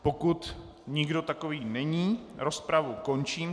Pokud nikdo takový není, rozpravu končím.